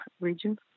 region